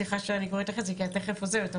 סליחה שאני קוראת לך חצי, כי את תכף עוזבת.